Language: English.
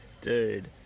Dude